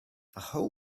whole